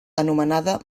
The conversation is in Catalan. anomenada